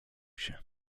się